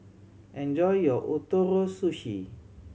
enjoy your Ootoro Sushi